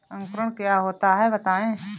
अंकुरण क्या होता है बताएँ?